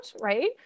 right